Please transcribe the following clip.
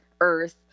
earth